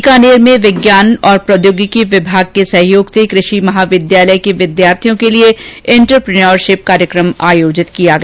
बीकानेर में विज्ञान और प्रौद्योगिकी विभाग के सहयोग से कृषि महाविद्यालय के विद्यार्थियों के लिए एंटरप्रेन्योरशिप कार्यक्रम आयोजित किया गया